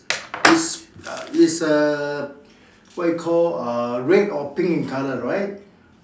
is uh is err what you call uh red or pink in colour right